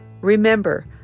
Remember